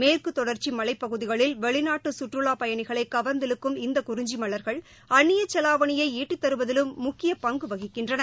மேற்கு தொடர்ச்சி மலைப்பகுதிகளில் வெளிநாட்டு கற்றுலாப்பயணிகளை கவர்ந்து இழுக்கும் இந்த குறிஞ்சி மலர்கள் அந்நிய செலாவணியை ஈட்டித்தருவதிலும் முக்கிய பங்கு வகிக்கின்றன